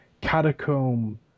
catacomb